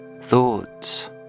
thoughts